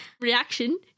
reaction